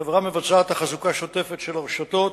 החברה מבצעת תחזוקה שוטפת של הרשתות,